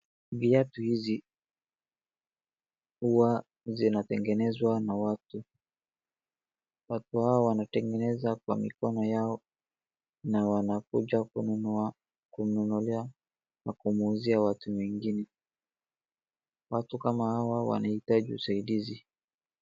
Viati hizi, huwa zinatengenezwa na watu. Watu hawa wanatengeneza kwa mikono yao na wanakuja kununua, kununulia na kumuuzia watu wengine. Watu kama hawa wanahitaji usaidizi.